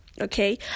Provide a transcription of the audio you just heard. okay